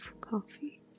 coffee